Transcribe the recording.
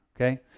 okay